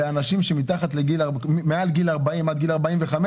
מה קורה לנשים או לגברים חרדים או ערבים שלומדים את לימודי הייטק?